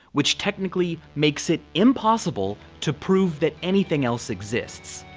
which technically makes it impossible to prove that anything else exists.